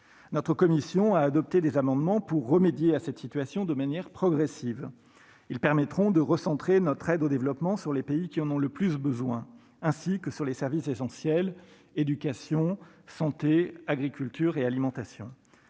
Notre commission a adopté des amendements pour remédier à cette situation de manière progressive. Ils permettront de recentrer notre aide au développement sur les pays qui en ont le plus besoin ainsi que sur les services essentiels : éducation, santé, agriculture et alimentation.